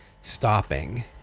stopping